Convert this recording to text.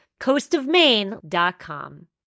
coastofmaine.com